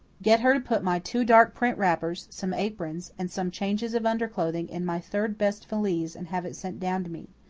get her to put my two dark print wrappers, some aprons, and some changes of underclothing in my third best valise and have it sent down to me.